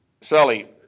Sully